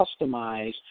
customized